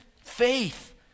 faith